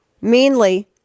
meanly